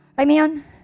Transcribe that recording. Amen